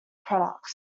products